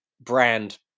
brand